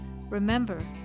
Remember